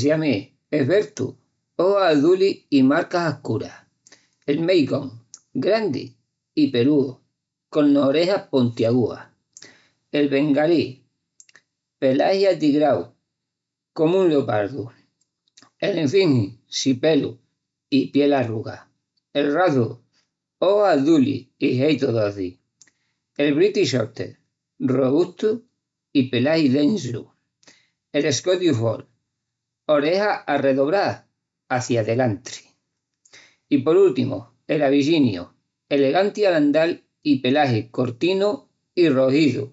siamés- esbeltu, ojus azulis i marcas escuras. Mine Coon, grandi i pelùu con orejas pontiaguas; bengalí, pelagi atigrau comu un leopardu; esfingi, sin pelu i piel arrugá; ragdoll, ojus azulis i jeitu doci. British shorthair, robustu i pelagi densu; Scottish fold, orejas arredobrás hacia delanti; abisiniu, eleganti al andal i pelagi cortinu i roxizu.